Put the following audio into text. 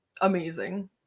amazing